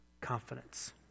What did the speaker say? confidence